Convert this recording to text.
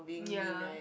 ya